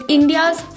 India's